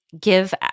give